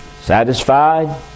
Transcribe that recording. Satisfied